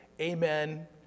Amen